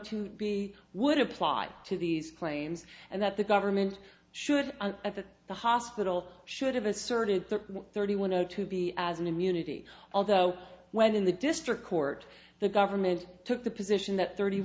to be would apply to these claims and that the government should at the hospital should have asserted the thirty one zero two b as an immunity although when in the district court the government took the position that thirty